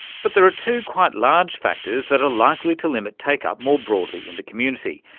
but there are two quite large factors that are likely to limit take-up more broadly in the community,